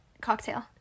cocktail